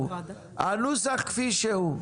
הנוסח כפי שהוא.